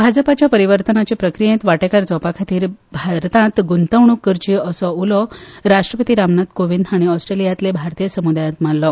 भारताच्या परिवर्तनाचे प्रक्रियेंत वांटेकार जवपा खातीर भारतांत गूंतवणूक करची असो उलो राष्ट्रपती रामनाथ कोविंद हांणी ऑस्ट्रेलियांतलें भारतीय समुदायान मारलो